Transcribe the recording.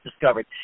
discovered